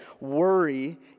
worry